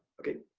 okay,